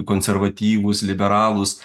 konservatyvūs liberalūs